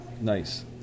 Nice